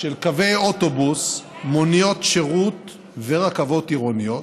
של קווי אוטובוס, מוניות שירות ורכבות עירוניות,